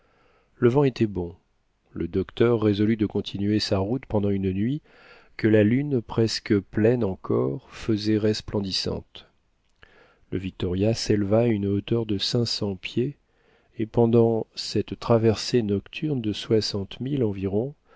le vent étant bon le docteur résolut de continuer sa route pendant une nuit que la lune presque pleine encore faisait resplendissante le victoria s'éleva à une hauteur de cinq cents pieds et pendant cette traversée nocturne de soixante milles environ